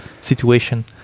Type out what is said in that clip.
situation